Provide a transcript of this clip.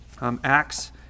Acts